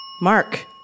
Mark